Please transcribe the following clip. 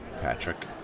Patrick